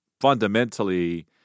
fundamentally